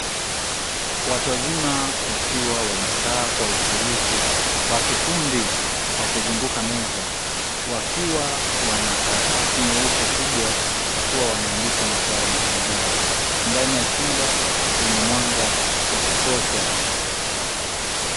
Watu wazima wakiwa wamekaa kwa utulivu kwa kikundi kwa kuzunguka meza, wakiwa wana karatasi nyeupe kubwa wakiwa wanaandika masuala mbalimbali, ndani ya chumba chenye mwanga wa kutosha.